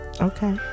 Okay